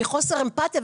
מחוסר אמפתיה,